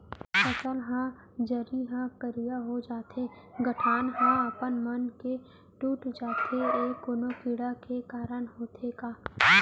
फसल के जरी ह करिया हो जाथे, गांठ ह अपनमन के टूट जाथे ए कोन कीड़ा के कारण होवत हे?